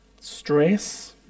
stress